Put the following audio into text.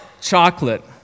chocolate